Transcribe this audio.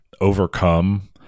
overcome